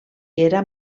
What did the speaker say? era